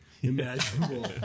imaginable